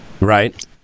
Right